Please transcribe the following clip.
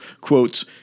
quotes